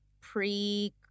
pre